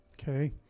okay